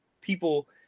people